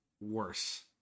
worse